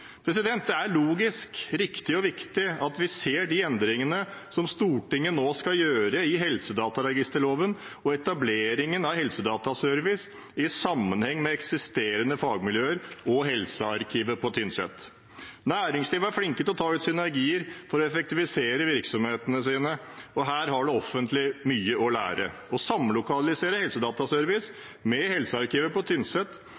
Det er logisk riktig og viktig at vi ser de endringene som Stortinget nå skal gjøre i helseregisterloven, og etableringen av Helsedataservice i sammenheng med eksisterende fagmiljøer og Helsearkivet på Tynset. Næringslivet er flinke til å ta ut synergier for å effektivisere virksomhetene sine. Her har det offentlige mye å lære. Å samlokalisere Helsedataservice med Helsearkivet på Tynset